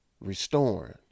restoring